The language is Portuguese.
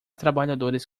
trabalhadores